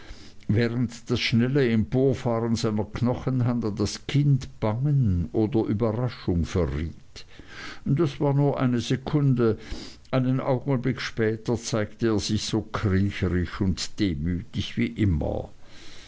während das schnelle emporfahren seiner knochenhand an das kinn bangen oder überraschung verriet das war nur eine sekunde einen augenblick später zeigte er sich so kriecherisch und demütig wie immer